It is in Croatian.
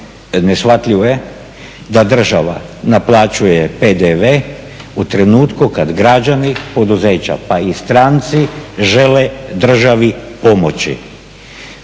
neshvatljivo da država naplaćuje PDV u trenutka kada građani, poduzeća pa i stranci žele državi pomoći.